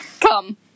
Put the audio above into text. Come